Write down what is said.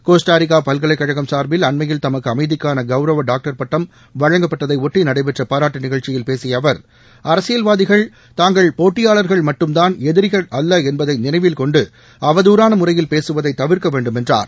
Costa Rica பல்கலைக்கழகம் சார்பில் அண்மையில் தமக்கு அமைதிக்கான கவுரவ டாக்டர் பட்டம் வழங்கப்பட்தை ஒட்டி நடைபெற்ற பாராட்டு நிகழ்ச்சியில் பேசிய அவர் அரசியல் வாதிகள் தாங்கள் போட்டியாளர்கள் மட்டும் தான் எதிரிகள் அல்ல என்பதை நினைவில் கொன்டு அவதறான முறையில் பேசுவதை தவிர்க்க வேண்டும் என்றார்